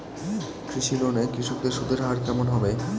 কৃষি লোন এ কৃষকদের সুদের হার কেমন হবে?